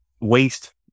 waste